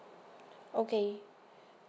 okay